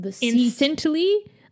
instantly